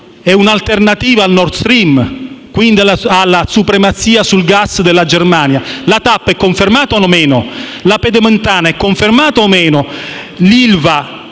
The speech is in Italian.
è un'alternativa al Nord Stream e alla supremazia sul gas della Germania. La TAP è confermata o no? La Pedemontana è confermata o no?